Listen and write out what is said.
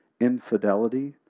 infidelity